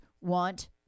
want